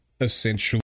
essentially